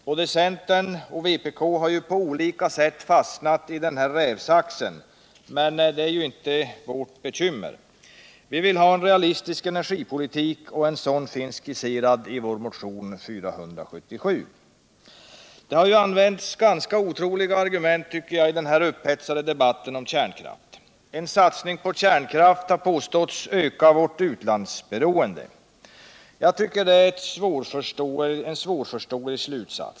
Både centern och vpk har på olika sätt fastnat i denna rävsax; men det är inte vårt bekymmer. Vi vill ha en realistisk energipolitik. och en sådan finns skisserad i vår motion 477. Det används ganska otroliga argument i den upphetsade debatten om kärnkraft. En satsning på kärnkraften påstås öka vårt utlandsberoende. Det är svårförståeligt.